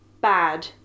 bad